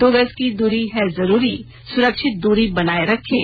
दो गज की दूरी है जरूरी सुरक्षित दूरी बनाए रखें